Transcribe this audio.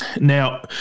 Now –